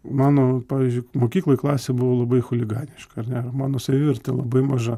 mano pavyzdžiui mokykloj klasė buvo labai chuliganiška ar ne mano savivertė labai maža